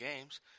games